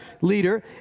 leader